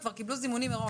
הם כבר קיבלו מראש זימונים.